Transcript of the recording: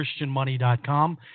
ChristianMoney.com